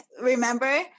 remember